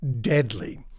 deadly